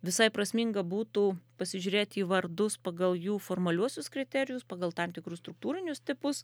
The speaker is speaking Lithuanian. visai prasminga būtų pasižiūrėti į vardus pagal jų formaliuosius kriterijus pagal tam tikrus struktūrinius tipus